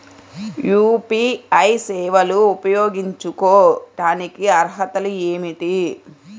UPI సేవలు ఉపయోగించుకోటానికి అర్హతలు ఏమిటీ?